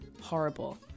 horrible